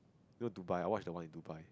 you know Dubai I watched the one in Dubai